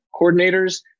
coordinators